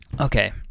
Okay